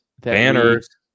banners